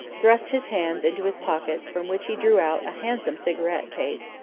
thrust his hands into his pockets from which he drew out a handsome cigarette case,